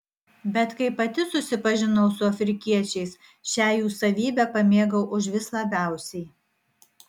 bet kai pati susipažinau su afrikiečiais šią jų savybę pamėgau užvis labiausiai